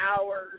hours